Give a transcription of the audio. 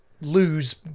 lose